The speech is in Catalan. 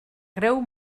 greu